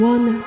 One